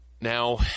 Now